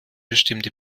bestimmte